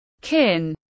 KIN